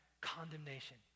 condemnation